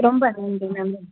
ரொம்ப நன்றி மேம்